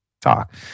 talk